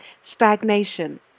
stagnation